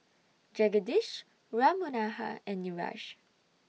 Jagadish Ram Manohar and Niraj